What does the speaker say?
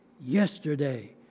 yesterday